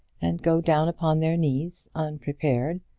and go down upon their knees unprepared,